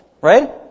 right